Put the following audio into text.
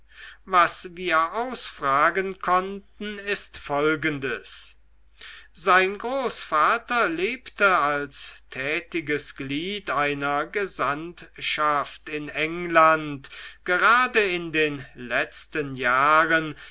was wir ausfragen konnten ist folgendes sein großvater lebte als tätiges glied einer gesandtschaft in england gerade in den letzten jahren